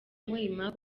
muhima